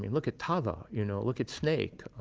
and look at tava. you know, look at snake.